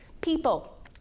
people